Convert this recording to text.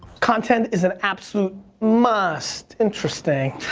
content is an absolute must, interesting.